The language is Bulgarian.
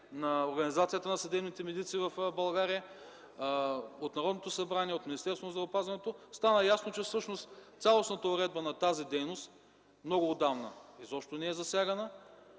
на Организацията на съдебните медици в България, на Народното събрание, на Министерството на здравеопазването, стана ясно, че всъщност цялостната уредба на тази дейност много отдавна изобщо не е засягана